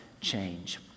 change